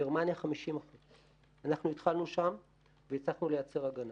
גרמניה 50%. אנחנו התחלנו שם והצלחנו לייצר הגנה.